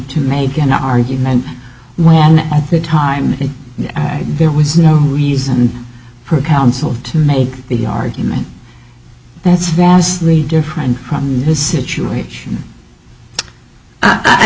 to make an argument at the time there was no reason for counsel to make the argument that's vastly different from this situation i